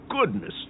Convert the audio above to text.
goodness